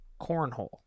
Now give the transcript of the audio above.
cornhole